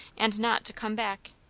and not to come back!